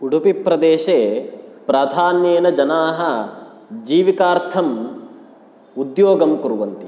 उडुपिप्रदेशे प्राधान्येन जनाः जीविकार्थम् उद्योगं कुर्वन्ति